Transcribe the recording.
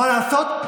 מה לעשות?